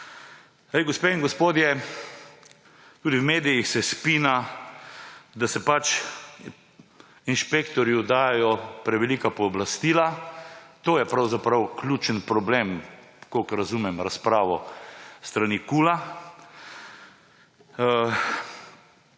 Gospe in gospodje, tudi v medijih se spina, da se pač inšpektorju dajejo prevelika pooblastila. To je pravzaprav ključen problem, kolikor razumem razpravo s strani KUL.